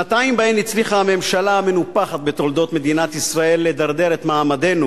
שנתיים שבהן הצליחה הממשלה המנופחת בתולדות מדינת ישראל לדרדר את מעמדנו